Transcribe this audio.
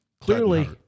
clearly